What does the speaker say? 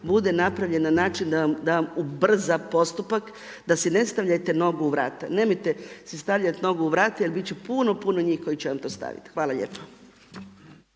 bude napravljen na način da vam ubrza postupak da si ne stavljajte nogu u vrat. Nemojte si stavljati nogu u vrat, jer biti će puno puno njih koji će vam to staviti. Hvala lijepo.